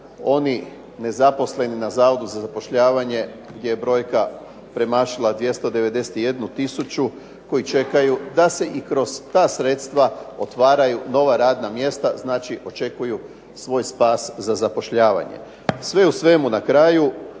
oni nezaposleni na Zavodu za zapošljavanje gdje je brojka premašila 291 tisuću, koji čekaju da se i kroz ta sredstva otvaraju nova radna mjesta, znači očekuju svoj spas za zapošljavanje. Sve u svemu na kraju